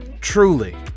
truly